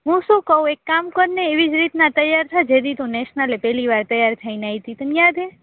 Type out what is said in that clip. હું શું ક્યુ એક કામ કરને એવી રીતના તૈયાર થા જેવી તું નેસનલે પેલી વાર તૈયાર થઈને આઇતિ તને યાદ હે